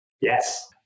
Yes